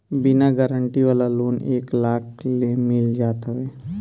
बिना गारंटी वाला लोन एक लाख ले मिल जात हवे